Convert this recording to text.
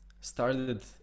started